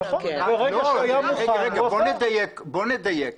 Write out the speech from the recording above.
בואו נדייק.